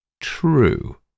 True